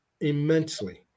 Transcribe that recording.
immensely